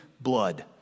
blood